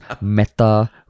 meta-